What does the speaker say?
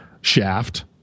shaft